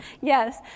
Yes